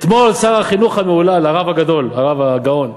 אתמול שר החינוך המהולל, הרב הגדול, הרב הגאון,